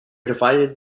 divided